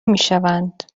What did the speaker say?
میشوند